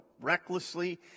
recklessly